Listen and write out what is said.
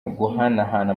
guhanahana